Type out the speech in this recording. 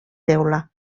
teula